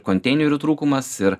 konteinerių trūkumas ir